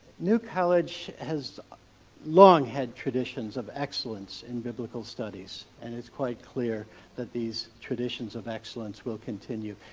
new college has long had traditions of excellence in biblical studies, and it's quite clear that these traditions of excellence will continue.